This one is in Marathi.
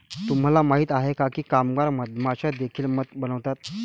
तुम्हाला माहित आहे का की कामगार मधमाश्या देखील मध बनवतात?